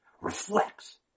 reflects